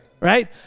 right